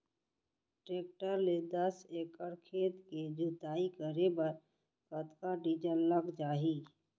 Tractor ले दस एकड़ खेत के जुताई करे बर कतका डीजल लग जाही?